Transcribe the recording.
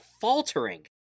faltering